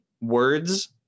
words